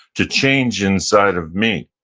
to change inside of me,